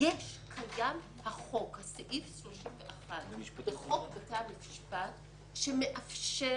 קיים סעיף 31 בחוק בתי המשפט שמאפשר